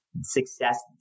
Success